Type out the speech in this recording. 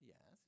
Yes